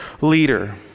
leader